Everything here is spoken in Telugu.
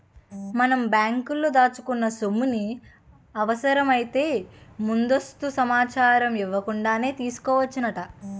మనం బ్యాంకులో దాచుకున్న సొమ్ముని అవసరమైతే ముందస్తు సమాచారం ఇవ్వకుండానే తీసుకోవచ్చునట